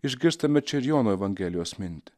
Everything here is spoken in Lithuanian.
išgirstame čia ir jono evangelijos mintį